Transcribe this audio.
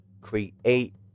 Create